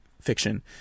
fiction